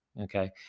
Okay